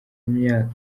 myaka